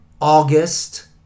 August